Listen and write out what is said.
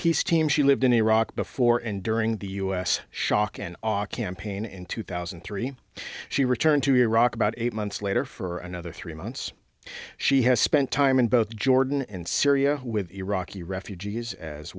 peace team she lived in iraq before and during the u s shock and awe campaign in two thousand and three she returned to iraq about eight months later for another three months she has spent time in both jordan and syria with iraqi refugees as